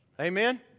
Amen